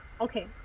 okay